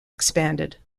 expanded